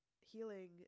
healing